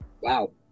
Wow